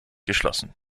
geschlossen